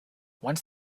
once